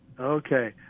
Okay